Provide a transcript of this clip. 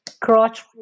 Crotch